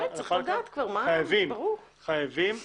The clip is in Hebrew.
חייבים.